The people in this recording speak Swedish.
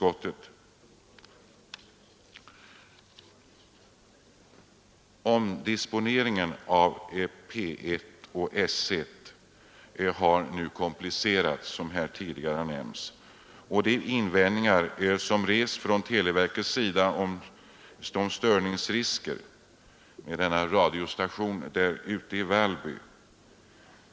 Omdisponeringen av P1 och S1 har som här tidigare nämnts komplicerats av de invändningar som rests från televerket om störningsrisker för radiostationen i Vallby.